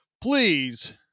please